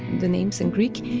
the names in greek,